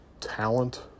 talent